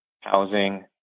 housing